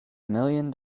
million